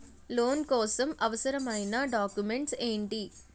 Loan కోసం అవసరమైన documents ఎంటి?